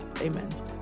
amen